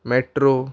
metro